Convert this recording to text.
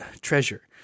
treasure